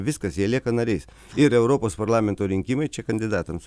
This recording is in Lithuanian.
viskas jie lieka nariais ir europos parlamento rinkimai čia kandidatams